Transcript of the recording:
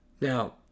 Now